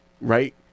right